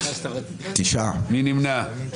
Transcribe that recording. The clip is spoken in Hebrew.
1 נמנע.